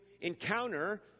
encounter